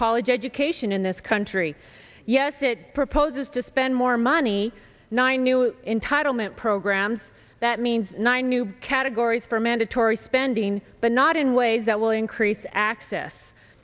college education in this country yes it proposes to spend more money nine new entitlement programs that means nine new categories for mandatory spending but not in ways that will increase access